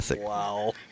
Wow